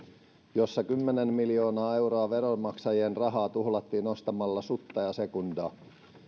jossa kymmenen miljoonaa euroa veronmaksajien rahaa tuhlattiin ostamalla sutta ja sekundaa